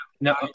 no